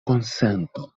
konsento